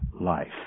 life